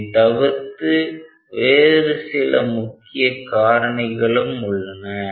இதை தவிர்த்து வேறு சில முக்கிய காரணிகளும் உள்ளன